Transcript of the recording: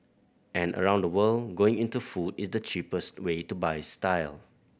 and around the world going into food is the cheapest way to buy style